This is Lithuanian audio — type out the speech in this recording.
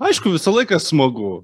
aišku visą laiką smagu